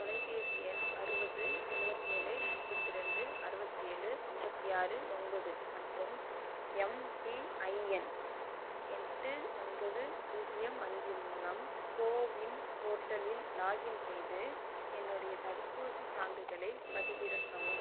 தொலைபேசி எண் அறுபது எழுபத்தி ஏழு எண்பத்து ரெண்டு அறுபத்தி ஏழு அம்பத்து ஆறு ஒன்பது மற்றும் எம்பிஐஎன் எட்டு ஒன்பது பூஜ்ஜியம் அஞ்சு மூலம் கோவின் போர்ட்டலில் லாகின் செய்து என்னுடைய தடுப்பூசிச் சான்றிதழைப் பதிவிறக்கவும்